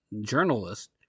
journalist